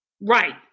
Right